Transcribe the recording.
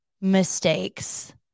mistakes